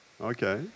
Okay